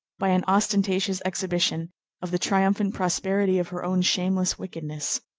by an ostentatious exhibition of the triumphant prosperity of her own shameless wickedness.